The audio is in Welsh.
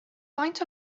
faint